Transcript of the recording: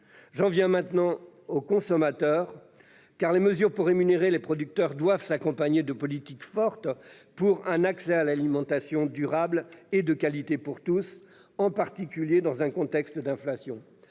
J'en viens maintenant aux consommateurs. Les mesures visant à mieux rémunérer les producteurs doivent s'accompagner de politiques fortes pour un accès à l'alimentation durable et de qualité pour tous, en particulier dans un contexte d'inflation.